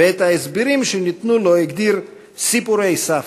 ואת ההסברים שניתנו לו הגדיר "סיפורי סבתא".